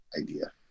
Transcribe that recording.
idea